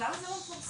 למה זה לא מפורסם?